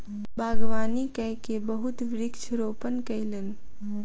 बागवानी कय के बहुत वृक्ष रोपण कयलैन